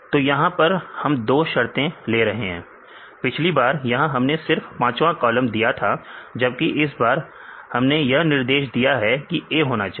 तो यहां पर हम दो शर्ते ले रहे हैं पिछली बार यहां हमने सिर्फ पांचवा कलम दिया था जबकि इस बार हमने यह निर्देश दिया कि A होना चाहिए